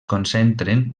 concentren